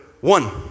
One